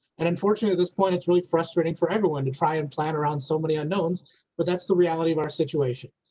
and unfortunately at this point it's really frustrating for everyone to try and plan around so many unknowns but that's the reality of our situation.